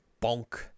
Bonk